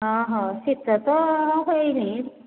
ହଁ ହଉ ଶୀତ ତ ହେଇନି